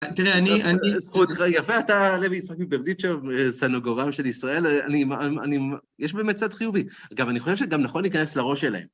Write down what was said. תראה, אני... -זכותך יפה, אתה לוי ישראל מברדיצ'ב, סנגורם של ישראל, אני מ... יש באמת צד חיובי. אגב, אני חושב שגם נכון להיכנס לראש שלהם.